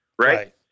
Right